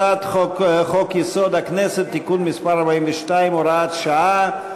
הצעת חוק-יסוד: הכנסת (תיקון מס' 42 והוראת שעה)